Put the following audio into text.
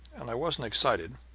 and i wasn't excited.